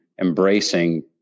embracing